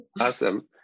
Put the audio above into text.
Awesome